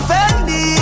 Fendi